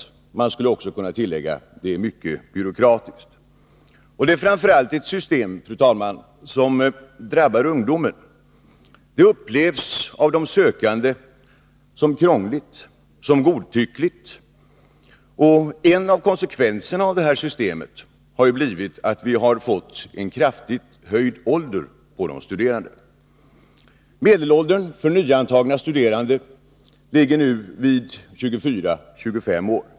Man skulle också kunna tillägga att det är mycket byråkratiskt. Det är framför allt ett system, fru talman, som drabbar ungdomen. Det upplevs av de sökande som krångligt och godtyckligt. En av konsekvenserna av det här systemet har blivit att vi har fått en kraftigt höjd ålder på de studerande. Medelåldern för nyantagna studerande ligger nu vid 24-25 år.